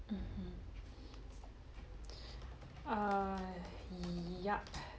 mmhmm err yup